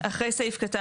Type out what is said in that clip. אחרי סעיף קטן